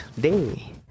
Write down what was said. day